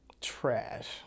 trash